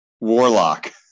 Warlock